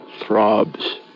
throbs